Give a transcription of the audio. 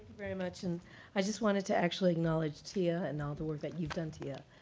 very much. and i just wanted to actually acknowledge tia and all the work that you've done, tia.